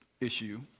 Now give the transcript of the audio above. issue